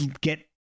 get